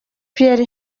pierre